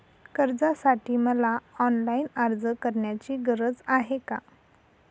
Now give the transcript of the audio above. कर्जासाठी मला ऑनलाईन अर्ज करण्याची गरज आहे का?